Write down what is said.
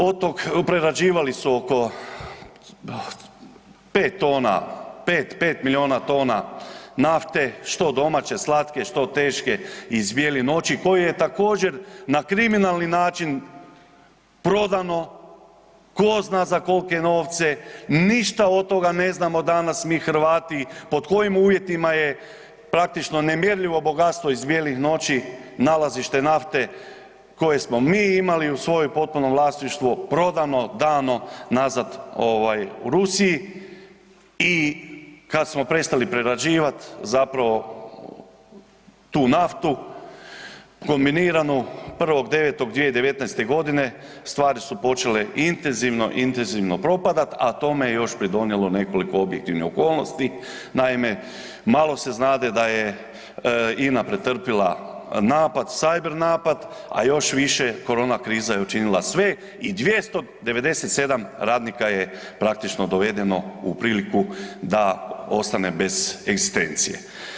Od tog, prerađivali su oko 5 tona, 5 milijuna tona nafte, što domaće, slatke, što teške iz Bijelih noći koju je također, na kriminalni način prodano tko zna za kolike novce, ništa od toga ne znamo danas mi Hrvati, pod kojim uvjetima je praktično nemjerljivo bogatstvo iz Bijelih noći nalazište nafte koje smo mi imali u svojem potpunom vlasništvu, prodano, dano nazad u Rusiji, i kad smo prestali prerađivati, zapravo tu naftu kombiniranu, 1.9.2019. g. stvari su počele intenzivno, intenzivno propadati, a tome je još pridonijeli nekoliko objektivnih okolnosti, naime, malo se znade da je INA pretrpjela napad, cyber napad, a još više, korona kriza je učinila sve i 297 radnika je praktično dovedeno u priliku da ostane bez egzistencije.